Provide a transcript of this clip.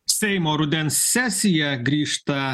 seimo rudens sesija grįžta